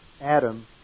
Adam